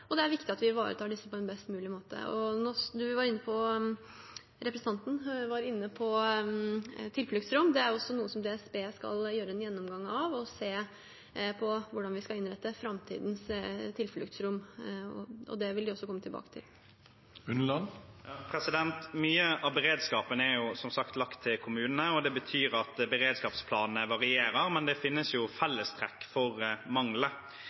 det er viktig at vi ivaretar disse på en best mulig måte. Representanten var inne på tilfluktsrom. Det er også noe som DSB skal ha en gjennomgang av, for å se på hvordan vi skal innrette framtidens tilfluktsrom. Det vil de også komme tilbake til. Mye av beredskapen er, som sagt, lagt til kommunene. Det betyr at beredskapsplanene varierer, men det finnes fellestrekk for manglene. Vi ser generelt sett at det mangler oversikt over universelt utformede tilfluktsrom. Brannevakueringsrutiner for